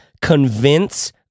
convince